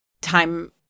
time